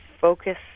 focus